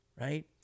right